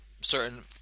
certain